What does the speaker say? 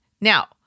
Now